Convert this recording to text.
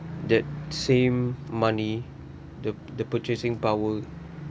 that same money the the purchasing power